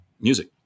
music